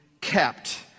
kept